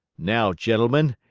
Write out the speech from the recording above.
now, gentlemen,